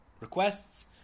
requests